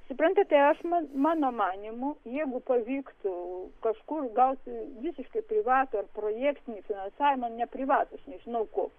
suprantate aš mano manymu jeigu pavyktų kažkur gauti visiškai privatų ar projektinį finansavimą ne privatų aš nežinau kokį